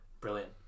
brilliant